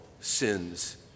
sins